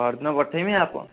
ପଅରଦିନ ପଠେଇମି ଆପଣ